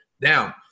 down